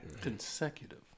Consecutive